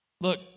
Look